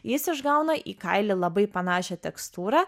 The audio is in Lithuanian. jis išgauna į kailį labai panašią tekstūrą